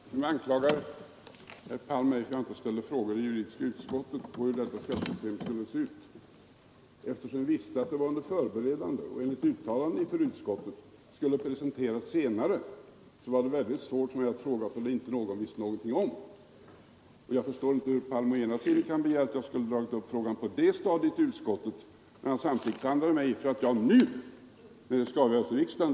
Fru talman! Nu anklagar herr Palm mig för att jag inte ställde frågor i juridiska utskottet om hur detta skattesystem skulle se ut. Eftersom vi visste att det var under förberedande och, enligt uttalande inför utskottet, skulle presenteras senare, var det väldigt svårt för mig att fråga om något som inte någon visste någonting om. Jag förstår inte hur herr Palm kan begära att jag skulle ha dragit upp frågan på det stadiet i utskottet, när han samtidigt klandrar mig för att jag gör det nu, när den skall avgöras av riksdagen.